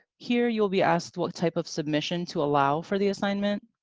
here you will be asked what type of submission to allow for the assignment.